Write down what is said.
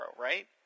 right